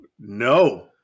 No